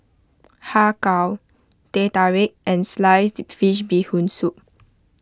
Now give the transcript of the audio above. Har Kow Teh Tarik and Sliced Fish Bee Hoon Soup